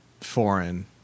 foreign